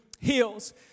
heals